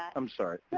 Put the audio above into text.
i'm sorry.